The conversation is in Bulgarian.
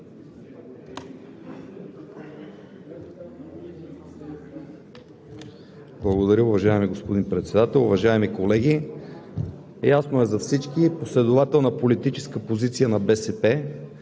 Благодаря Ви. Уважаеми господин Председател, уважаеми колеги! Ясно е за всички – последователна политическа позиция на БСП